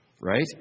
Right